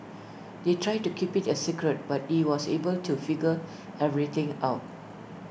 they tried to keep IT A secret but he was able to figure everything out